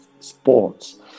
Sports